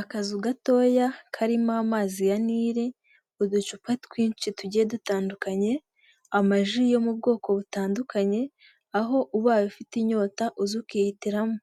Akazu gatoya karimo amazi ya nili mu ducupa twinshi tugiye dutandukanye, amaji yo mu bwoko butandukanye, aho ubaye ufite inyota uza ukihitiramo,